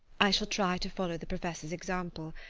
i shall try to follow the professor's example,